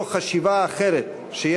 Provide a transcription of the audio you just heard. תוך חשיבה אחרת,